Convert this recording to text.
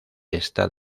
está